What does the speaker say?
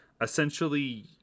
essentially